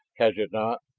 has it not?